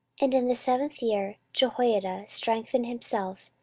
and in the seventh year jehoiada strengthened himself,